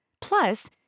Plus